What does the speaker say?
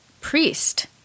priest